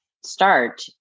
start